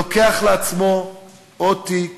לוקח לעצמו עוד תיק